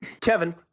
Kevin